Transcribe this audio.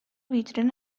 ویترین